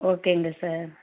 ஓகேங்க சார்